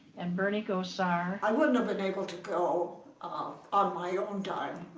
and bernie gosar. i wouldn't have been able to go ah on my own dime.